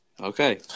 Okay